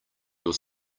your